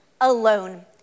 alone